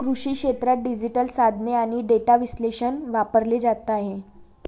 कृषी क्षेत्रात डिजिटल साधने आणि डेटा विश्लेषण वापरले जात आहे